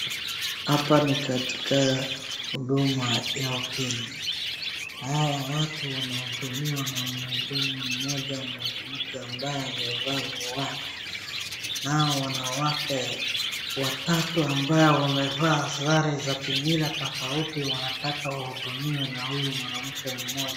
Hapa ni katika huduma ya wakenya. Hawa watu wanahudumiwa na mhudumu mmoja mwanamke ambaye amevaa miwani. Nao wanawake watatu ambayo wamevaa sare za kimila tofauti wanataka wahudumiwe na huyu mwanamke mmoja.